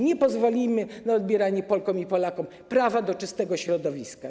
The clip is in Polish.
Nie pozwolimy na odbieranie Polkom i Polakom prawa do czystego środowiska.